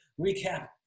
recap